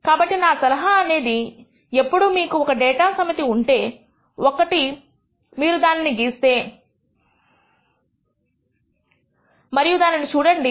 కాబట్టి నా సలహా అనేది ఎప్పుడూ మీకు ఒక డేటా సమితి ఉంటే ఒక మీరు దానిని గీస్తే మరియు దానిని చూడండి